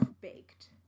baked